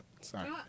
sorry